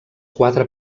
quatre